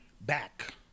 back